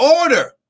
order